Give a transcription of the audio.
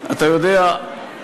אתה יודע,